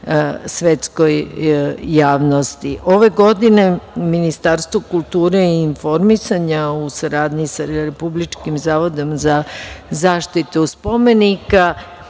svetskoj javnosti. Ove godine Ministarstvo kulture i informisanja u saradnji sa Republičkim zavodom za zaštitu spomenika,